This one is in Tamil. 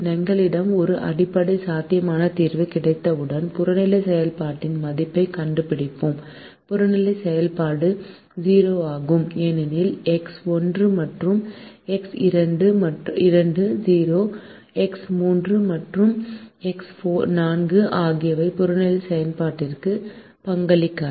எங்களிடம் ஒரு அடிப்படை சாத்தியமான தீர்வு கிடைத்தவுடன் புறநிலை செயல்பாட்டின் மதிப்பைக் கண்டுபிடிப்போம் புறநிலை செயல்பாடு 0 ஆகும் ஏனெனில் எக்ஸ் 1 மற்றும் எக்ஸ் 2 இரண்டும் 0 எக்ஸ் 3 மற்றும் எக்ஸ் 4 ஆகியவை புறநிலை செயல்பாட்டிற்கு பங்களிக்காது